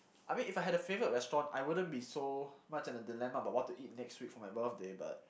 I mean if I had a favourite restaurant I wouldn't be so much in a dilemma about what to eat next week for my birthday but